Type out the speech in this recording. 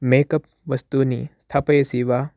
make up वस्तूनि स्थापयसि वा